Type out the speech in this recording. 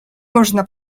można